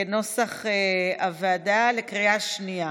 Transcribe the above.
כנוסח הוועדה, בקריאה שנייה.